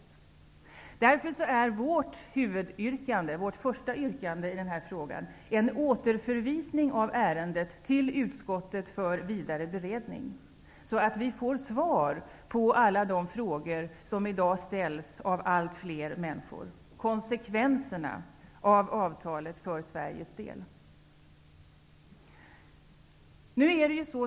Vänsterpartiets huvudyrkande är en återförvisning av ärendet till utskottet för vidare beredning. Då kan vi i riksdagen få svar på alla de frågor som i dag ställs av allt fler människor, t.ex. konsekvenserna av avtalet för Sveriges del.